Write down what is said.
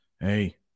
hey